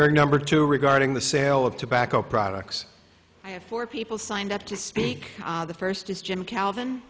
airing number two regarding the sale of tobacco products i have four people signed up to speak the first is jim calvin